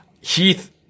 Heath